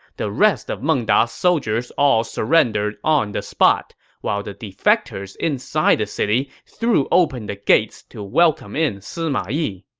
the rest of meng da's ah soldiers all surrendered on the spot, while the defectors inside the city threw open the gates to welcome in sima yi.